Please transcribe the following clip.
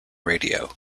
radio